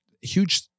huge